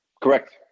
Correct